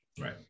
right